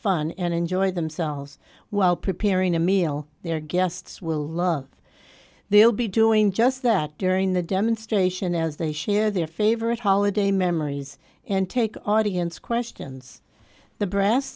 fun and enjoy themselves while preparing a meal their guests will love they'll be doing just that during the demonstration as they share their favorite holiday memories and take audience questions the bras